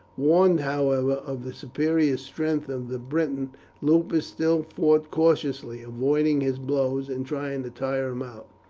warned, however, of the superior strength of the briton lupus still fought cautiously, avoiding his blows, and trying to tire him out.